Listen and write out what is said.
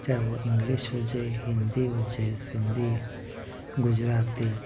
चाहे उहा इंग्लिश हुजे हिंदी हुजे सिंधी गुजराती